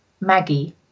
maggie